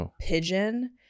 Pigeon